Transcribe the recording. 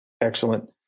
excellent